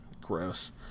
Gross